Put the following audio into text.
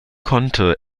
konnte